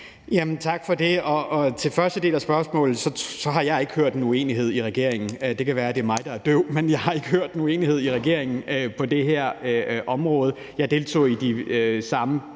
Tak for det. Til første del af spørgsmålet vil jeg sige, at jeg ikke har hørt en uenighed i regeringen. Det kan være, at det er mig, der er døv, men jeg har ikke hørt en uenighed i regeringen på det her område. Jeg deltog i de samme